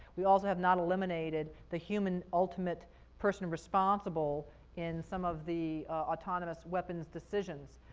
we also have not eliminated the human ultimate person responsible in some of the autonomous weapons decisions.